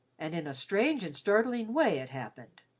and in a strange and startling way it happened.